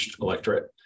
electorate